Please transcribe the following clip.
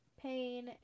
pain